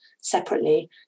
separately